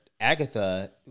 Agatha